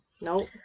no